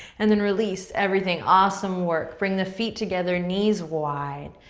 and then release everything. awesome work. bring the feet together, knees wide.